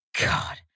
God